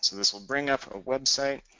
so this will bring up a website.